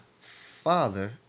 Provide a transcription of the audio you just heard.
father